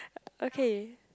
okay